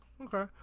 Okay